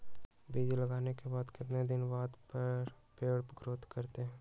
बीज लगाने के बाद कितने दिन बाद पर पेड़ ग्रोथ करते हैं?